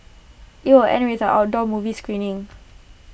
IT will end with an outdoor movies screening